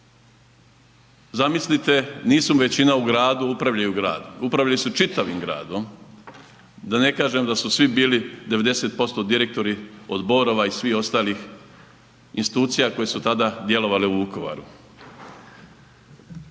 Zamislite nisu većina u gradu, upravljaju gradom, upravljali su čitavim gradom, da ne kažem da su svi bili 90% direktori od Borova i svih ostalih institucija koje su tada djelovale u Vukovaru.